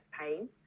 pain